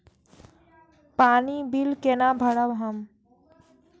पानी बील केना भरब हम?